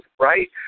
Right